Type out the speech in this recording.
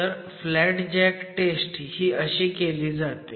तर flat jack test ही अशी केली जाते